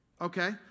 Okay